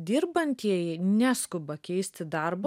dirbantieji neskuba keisti darbo